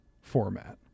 format